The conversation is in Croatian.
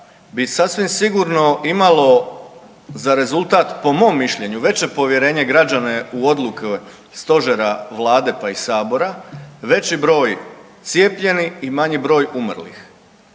bi sasvim sigurno imalo za rezultat po mom mišljenju veće povjerenje građana u odluke Stožera, Vlade pa i Sabora, veći broj cijepljenih i manji broj umrlih.